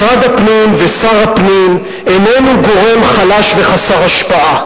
משרד הפנים ושר הפנים איננו גורם חלש וחסר השפעה,